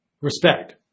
respect